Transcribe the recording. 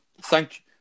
thank